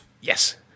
Yes